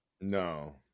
No